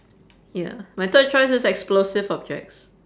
ya my third choice is explosive objects